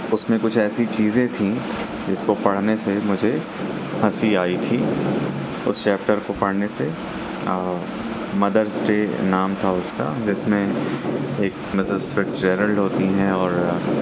اس میں کچھ ایسی چیزیں تھیں جس کو پڑھنے سے مجھے ہنسی آئی تھی اس چیپٹر کو پڑھنے سے مدرسٹے نام تھا اس کا جس میں ایک مسز فیکچرلڈ ہوتی ہیں اور